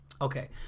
Okay